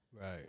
Right